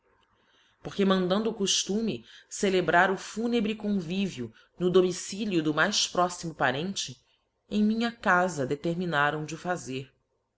porque mandando o coftumc celebrar o fúnebre convivio no domicilio do mais próximo parente em minha cafa determinaram de o fazer